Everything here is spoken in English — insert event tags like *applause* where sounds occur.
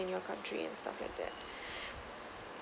in your country and stuff like that *breath*